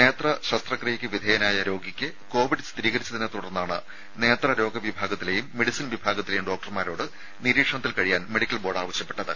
നേത്ര ശസ്ത്രക്രിയയ്ക്ക് വിധേയനായ രോഗിയ്ക്ക് കോവിഡ് സ്ഥിരീകരിച്ചതിനെത്തുടർന്നാണ് നേത്ര രോഗ വിഭാഗത്തിലെയും മെഡിസിൻ വിഭാഗത്തിലെയും ഡോക്ടർമാരോട് നിരീക്ഷണത്തിൽ കഴിയാൻ മെഡിക്കൽ ബോർഡ് ആവശ്യപ്പെട്ടത്